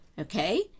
Okay